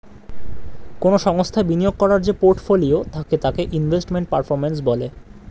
কোন সংস্থায় বিনিয়োগ করার যে পোর্টফোলিও থাকে তাকে ইনভেস্টমেন্ট পারফর্ম্যান্স বলে